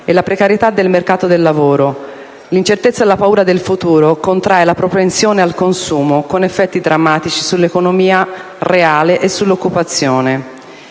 e dalla precarietà del mercato del lavoro. L'incertezza e la paura del futuro fanno contrarre la propensione al consumo, con effetti drammatici sull'economia reale e l'occupazione.